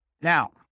Now